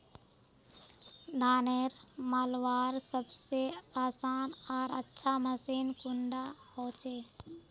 धानेर मलवार सबसे आसान आर अच्छा मशीन कुन डा होचए?